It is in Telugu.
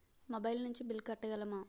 మొబైల్ నుంచి బిల్ కట్టగలమ?